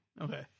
okay